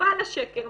שותפה לשקר,